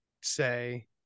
say